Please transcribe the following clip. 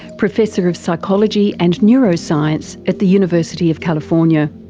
professor of psychology and neuroscience at the university of california.